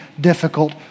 difficult